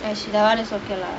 she தான:thaana okay lah